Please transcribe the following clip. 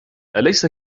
أليس